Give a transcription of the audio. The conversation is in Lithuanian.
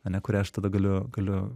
ane kurią aš tada galiu galiu